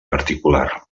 particular